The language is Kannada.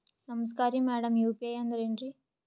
ನಮಸ್ಕಾರ್ರಿ ಮಾಡಮ್ ಯು.ಪಿ.ಐ ಅಂದ್ರೆನ್ರಿ?